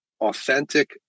authentic